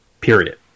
Period